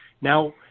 now